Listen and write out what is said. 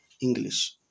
English